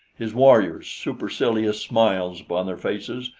his warriors, supercilious smiles upon their faces,